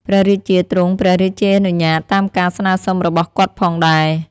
ព្រះរាជា ទ្រង់ព្រះរាជានុញ្ញាតតាមការស្នើសុំរបស់គាត់ផងដែរ។